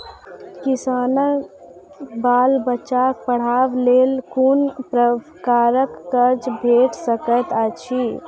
किसानक बाल बच्चाक पढ़वाक लेल कून प्रकारक कर्ज भेट सकैत अछि?